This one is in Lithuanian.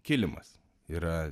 kilimas yra